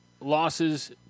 losses